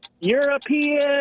European